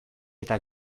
eta